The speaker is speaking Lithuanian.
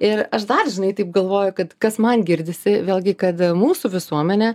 ir aš žinai taip galvoju kad kas man girdisi vėlgi kad mūsų visuomenė